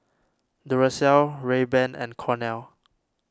Duracell Rayban and Cornell